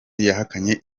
yahakanye